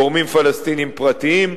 גורמים פלסטיניים פרטיים,